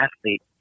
athlete